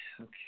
Okay